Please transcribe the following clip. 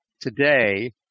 today